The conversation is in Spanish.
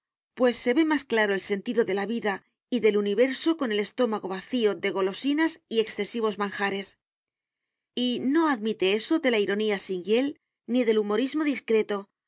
pues se ve más claro el sentido de la vida y del universo con el estómago vacío de golosinas y excesivos manjares y no admite eso de la ironía sin hiel ni del humorismo discreto